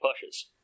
pushes